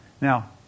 Now